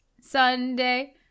Sunday